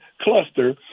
cluster